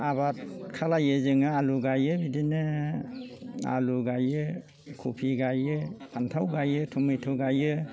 आबाद खालायो जोङो आलु गायो इदिनो आलु गायो खफि गायो फानथाव गायो थमेथ' गायो